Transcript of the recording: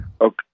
Okay